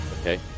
okay